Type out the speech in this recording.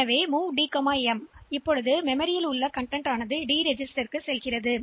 எனவே MOV D M இது இந்த நினைவக இருப்பிடத்தின் உள்ளடக்கத்தை D பதிவேட்டில் நகர்த்தும்